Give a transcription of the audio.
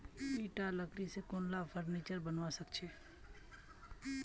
ईटा लकड़ी स कुनला फर्नीचर बनवा सख छ